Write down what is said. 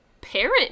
parent